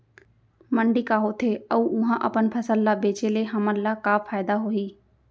मंडी का होथे अऊ उहा अपन फसल ला बेचे ले हमन ला का फायदा होही?